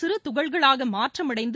சிறு துகள்களாக மாற்றமடைந்து